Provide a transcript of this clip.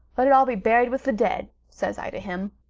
let it all be buried with the dead' says i to him.